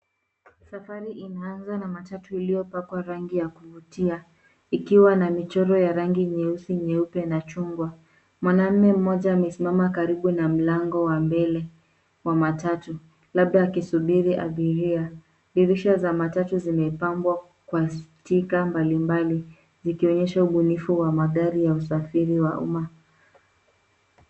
Safari inaanza na matatu iliyopakwa rangi ya kuvutia ikiwa na michoro ya rangi nyeusi, nyeupe na chungwa. Mwanamume mmoja amesimama karibu na mlango wa mbele wa matatu labda akisubiri abiria. Dirisha za matatu zimepambwa kwa stika mbalimbali zikionyesha ubunifu wa magari ya usafiri wa umma.